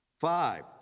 Five